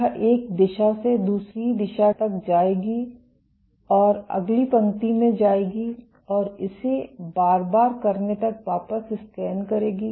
यह एक दिशा से दूसरी दिशा तक जाएगी और अगली पंक्ति में जाएगी और इसे बार बार करने तक वापस स्कैन करेगी